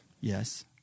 Yes